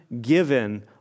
given